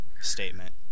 statement